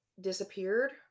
disappeared